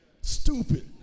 stupid